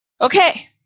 Okay